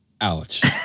Ouch